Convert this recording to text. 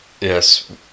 Yes